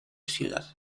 ciudad